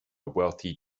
wealthy